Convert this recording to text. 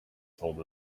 told